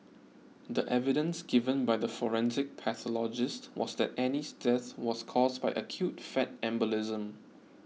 the evidence given by the forensic pathologist was that Annie's death was caused by acute fat embolism